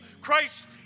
Christ